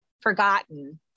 forgotten